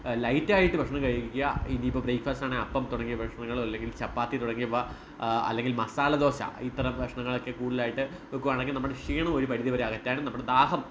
light ആയിട്ട് ഭക്ഷണം കഴിക്കുക ഇനിയിപ്പം ബ്രേക്ഫാസ്റ്റ് ആണെങ്കിൽ അപ്പം തുടങ്ങിയ ഭക്ഷണങ്ങളോ അല്ലെങ്കിൽ ചപ്പാത്തി തുടങ്ങിയവ അല്ലെങ്കിൽ മസാലദോശ ഇത്തരം ഭക്ഷണങ്ങളൊക്കെ കൂടുതലായിട്ട് വയ്ക്കുവാണെങ്കിൽ നമ്മുടെ ക്ഷീണം ഒരു പരിധി വരെ അകറ്റാനും നമ്മുടെ ദാഹം